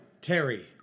Terry